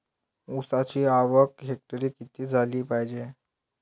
ऊसाची आवक हेक्टरी किती झाली पायजे?